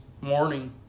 morning